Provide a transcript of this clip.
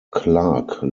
clarke